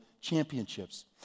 Championships